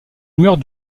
meurt